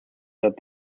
that